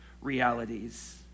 realities